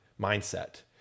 mindset